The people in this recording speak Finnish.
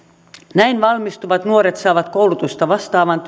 näin valmistuvat nuoret saavat koulutusta vastaavan